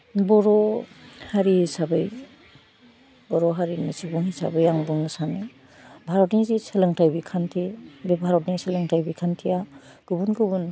बर' हारि हिसाबै बर' हारिनि सुबुं हिसाबै आं बुंनो सानो भारतनि जे सोलोंथाइ बिखान्थि बे भारतनि सोलोंथाइ बिखान्थिया गुबुन गुबुन